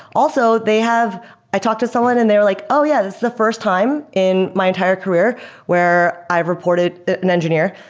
also, they have i talked to someone and they were like, oh, yeah. this is the first time in my entire career where i've reported an engineer,